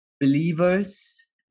Believers